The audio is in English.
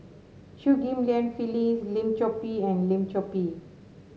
Chew Ghim Lian Phyllis Lim Chor Pee and Lim Chor Pee